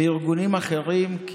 וארגונים אחרים.